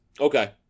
Okay